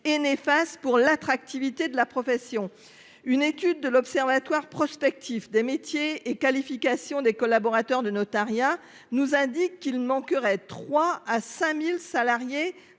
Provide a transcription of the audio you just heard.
et néfaste pour son attractivité. Une étude de l'observatoire prospectif des métiers et des qualifications des collaborateurs du notariat indique qu'il manquerait 3 000 à 5 000 salariés